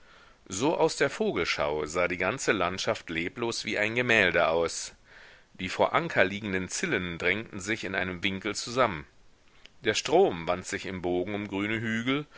so aus der vogelschau sah die ganze landschaft leblos wie ein gemälde aus die vor anker liegenden zillen drängten sich in einem winkel zusammen der strom wand sich im bogen um grüne hügel